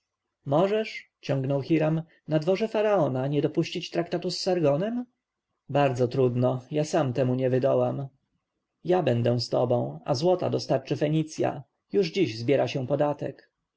możesz ciągnął hiram na dworze faraona nie dopuścić traktatu z sargonem bardzo trudno ja sam temu nie wydołam ja będę z tobą a złota dostarczy fenicja już dziś zbiera się podatek